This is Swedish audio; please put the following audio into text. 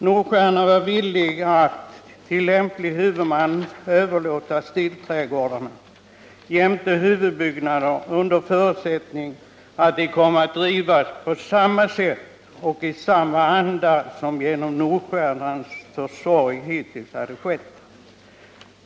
Nordstjernan var villigt att till lämplig huvudman överlåta stilträdgårdarna jämte huvudbyggnader under förutsättning att de kom att drivas på samma sätt och i samma anda som genom Nordstjernans försorg hittills hade skett.